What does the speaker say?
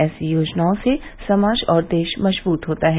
ऐसी योजनाओं से समाज और देश मजबूत होता है